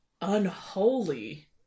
unholy